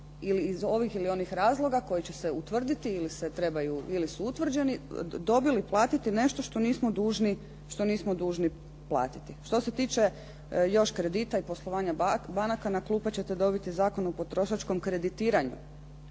iz ovih ili onih razloga koji će se utvrditi ili se trebaju ili su utvrđeni dobili, platiti nešto što nismo dužni platiti. Što se tiče još kredita i poslovanja banaka na klupe ćete dobiti Zakon o potrošačkom kreditiranju